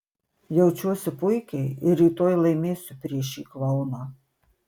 jaučiuosi puikiai ir rytoj laimėsiu prieš šį klouną